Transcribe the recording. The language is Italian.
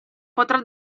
potrà